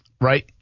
right